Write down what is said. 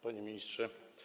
Panie Ministrze!